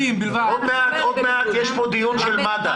עוד מעט יהיה פה דיון עם מד"א.